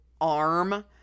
arm